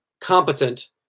competent